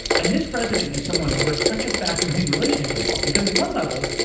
and this president is someone who has such a fascinating relationship to the law. because at one level,